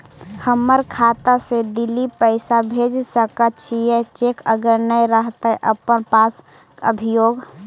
हमर खाता से दिल्ली पैसा भेज सकै छियै चेक अगर नय रहतै अपना पास अभियोग?